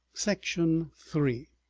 section three